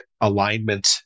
alignment